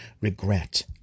regret